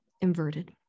inverted